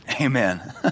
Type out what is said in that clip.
Amen